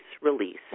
release